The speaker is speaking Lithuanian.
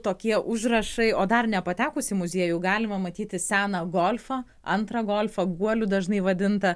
tokie užrašai o dar nepatekus į muziejų galima matyti seną golfą antrą golfą guoliu dažnai vadintą